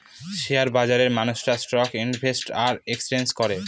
share বাজারে মানুষেরা stock invest আর এক্সচেঞ্জ করে